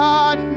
God